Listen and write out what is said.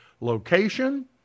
location